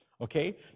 Okay